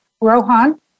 Rohan